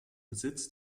besitz